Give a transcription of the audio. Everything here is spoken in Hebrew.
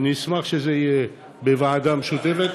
אני אשמח שזה יהיה בוועדה משותפת,